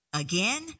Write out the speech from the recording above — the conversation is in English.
Again